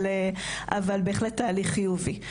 אבל זה בהחלט תהליך חיובי.